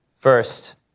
First